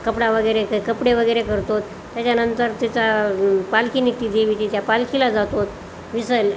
कपडा वगैरे कपडे वगैरे करतो त्याच्यानंतर तिचा पालखी निघते देवीची त्या पालखीला जातो विसयल